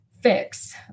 fix